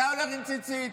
אתה הולך עם ציצית.